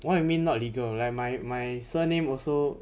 what you mean not legal like my my surname also